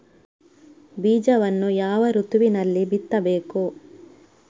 ಬೀಜವನ್ನು ಯಾವ ಋತುವಿನಲ್ಲಿ ಬಿತ್ತಬೇಕು?